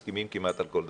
מסכימים כמעט על כל דבר.